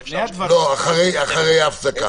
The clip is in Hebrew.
לא, אחרי ההפסקה.